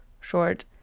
short